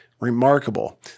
Remarkable